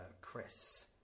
Chris